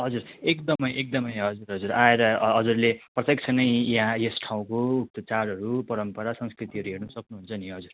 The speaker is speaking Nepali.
हजुर एकदमै एकदमै हजुर हजुर आएर हजुरले प्रत्यक्ष नै यहाँ यस ठाउँको चाडहरू परम्परा संस्कृतिहरू हेर्नु सक्नु हुन्छ नि हजुर